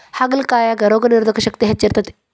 ಹಾಗಲಕಾಯಾಗ ರೋಗನಿರೋಧಕ ಶಕ್ತಿ ಹೆಚ್ಚ ಇರ್ತೈತಿ